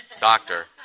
doctor